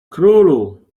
królu